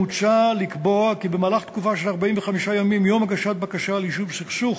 מוצע לקבוע כי במהלך תקופה של 45 ימים מיום הגשת בקשה ליישוב סכסוך,